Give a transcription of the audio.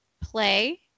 play